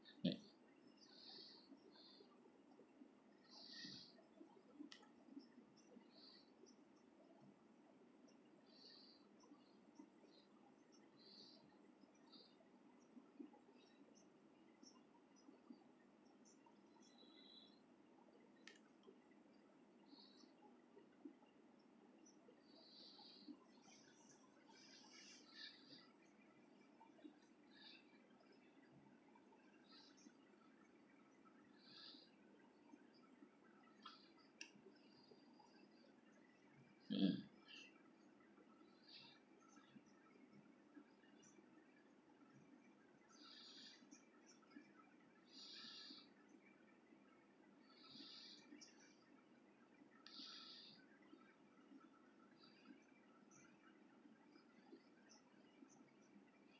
mm